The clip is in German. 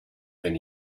den